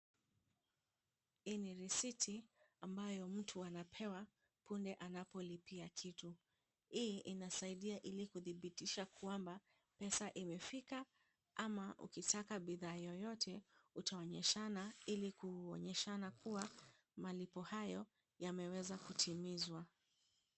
Hii ni risiti ambayo mtu anapewa punde anapolipia kitu. Hii inasaidia ili kuthibitisha kwamba, pesa imefika ama ukitaka bidhaa yoyote utaonyeshana ili kuonyeshana kuwa malipo hayo yameweza kutimizwa.